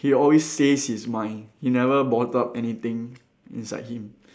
he always says his mind he never bottle up anything inside him